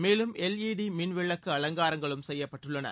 மேலும் L E D மின்விளக்கு அலங்காரங்களும் செய்யப்பட்டுள்ளன